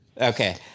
okay